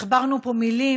הכברנו פה מילים,